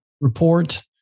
report